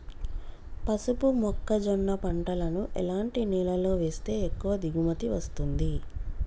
పసుపు మొక్క జొన్న పంటలను ఎలాంటి నేలలో వేస్తే ఎక్కువ దిగుమతి వస్తుంది?